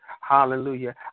Hallelujah